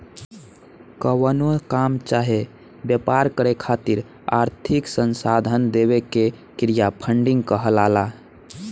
कवनो काम चाहे व्यापार करे खातिर आर्थिक संसाधन देवे के क्रिया फंडिंग कहलाला